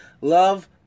Love